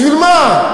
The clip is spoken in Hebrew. בשביל מה?